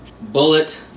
Bullet